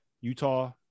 Utah